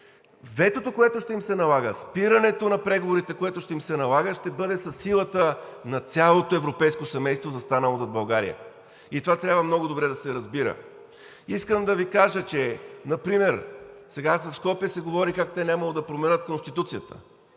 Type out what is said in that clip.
ветото, което ще им се налага, спирането на преговорите, което ще им се налага, ще бъде със силата на цялото европейско семейство, застанало зад България, и това трябва много добре да се разбира. Искам да Ви кажа, че например сега в Скопие се говори как те нямало да променят Конституцията.